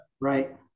right